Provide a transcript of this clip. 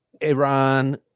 Iran